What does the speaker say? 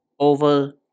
Over